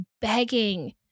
begging